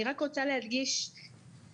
אני רק רוצה להדגיש שהטיפולים,